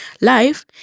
life